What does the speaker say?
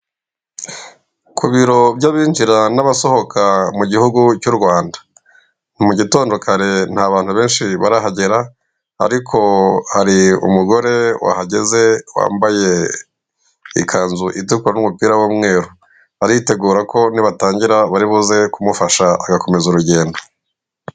Ku biro by'abinjira n'abasohoka mu gihugu cy'u Rwanda, ni mugitondo kare nta bantu benshi barahagera, ariko hari umugore wahageze wambaye ikanzu itukura n'umupira w'umweru, aritegura ko nibatangira baribuze kumufasha, agakomeza urugendo.